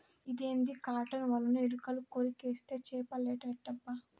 ఇదేంది కాటన్ ఒలను ఎలుకలు కొరికేస్తే చేపలేట ఎట్టబ్బా